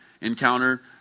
encounter